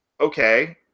okay